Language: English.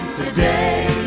today